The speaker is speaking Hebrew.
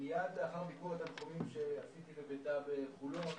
מיד לאחר ביקור התנחומים שעשיתי בביתה בחולון,